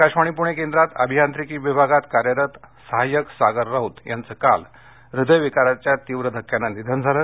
आकाशवाणी पुणे केंद्रात अभियांत्रिकी विभागात कार्यरत सहाय्यक सागर राउत यांचं काल हृदय विकाराच्या तीव्र धक्क्यानं निधन झालं